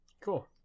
cool